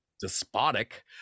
despotic